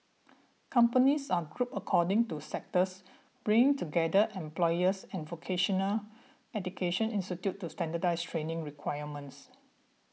companies are grouped according to sectors bringing together employers and vocational education institutes to standardise training requirements